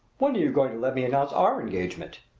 when are you going to let me announce our engagement?